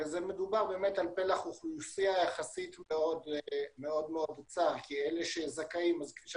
מדובר על פלח אוכלוסייה יחסית מאוד צר כי אלה שזכאים לא